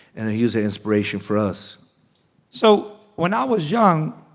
and he was a inspiration for us so when i was young,